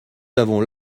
avons